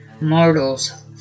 Mortals